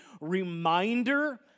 reminder